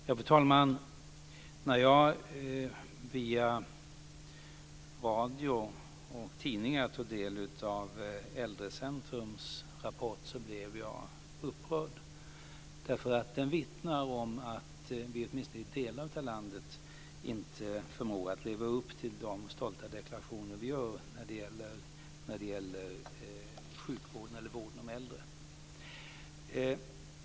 Fru talman! När jag via radio och tidningar tog del av Äldrecentrums rapport blev jag upprörd. Den vittnar om att vi i åtminstone delar av landet inte förmår att leva upp till de statliga deklarationer vi gör när det gäller vården av äldre.